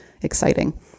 exciting